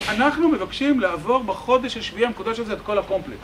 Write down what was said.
אנחנו מבקשים לעבור בחודש השביעי המקודש הזה את כל הקומפלקס.